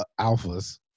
alphas